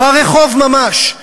ברחוב ממש.